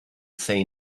say